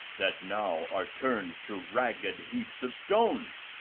that now are turned to ragged heaps of stones!